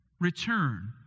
return